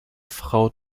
frau